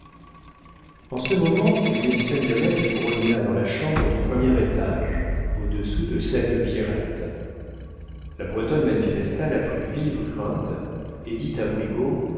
en ce moment une espagnolette grogna dans la chambre du premier étage au-dessous de celle de pierrette la bretonne manifesta la plus vive crainte et dit à brigaut